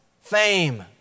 Fame